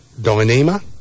Dyneema